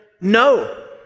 No